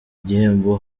igihembo